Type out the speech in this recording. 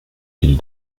qu’il